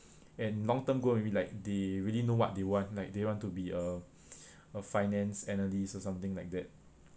and long term goal maybe like they really know what they want like they want to be a a finance analyst or something like that